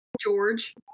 George